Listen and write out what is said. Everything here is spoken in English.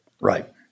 Right